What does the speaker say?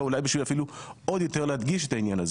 ואולי אפילו עוד יותר להדגיש את העניין הזה,